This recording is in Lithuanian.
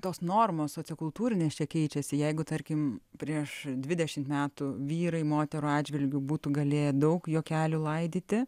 tos normos sociokultūrinės čia keičiasi jeigu tarkim prieš dvidešimt metų vyrai moterų atžvilgiu būtų galėję daug juokelių laidyti